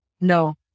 No